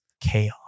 Chaos